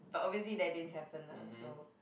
but obviously that didn't happen lah so